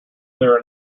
clear